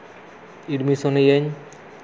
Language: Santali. ᱮᱰᱢᱤᱥᱚᱱᱮᱭᱟᱹᱧ